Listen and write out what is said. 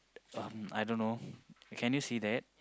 um I don't know can you see that